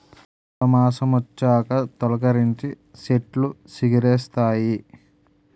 కొత్త మాసమొచ్చాక తొలికరించి సెట్లు సిగిరిస్తాయి